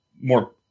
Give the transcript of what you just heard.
more